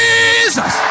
Jesus